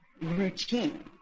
routine